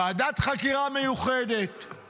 ועדת חקירה מיוחדת,